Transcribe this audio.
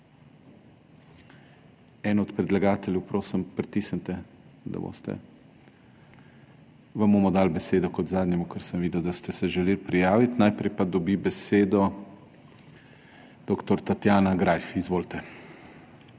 eden od predlagateljev. Prosim, pritisnite tipko. Vam bomo dali besedo kot zadnjemu, ker sem videl, da ste se želeli prijaviti. Najprej pa dobi besedo dr. Tatjana Greif. Izvolite,